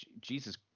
jesus